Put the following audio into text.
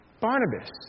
Barnabas